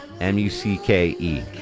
M-U-C-K-E